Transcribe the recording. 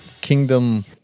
Kingdom